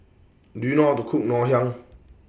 Do YOU know How to Cook Ngoh Hiang